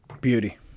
beauty